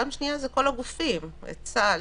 פעם שנייה זה כל הגופים צה"ל,